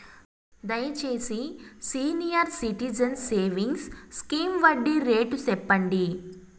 దయచేసి senior citizens savings scheme వడ్డీ rate సెప్పండి